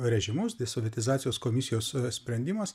režimus desovietizacijos komisijos sprendimas